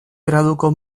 graduko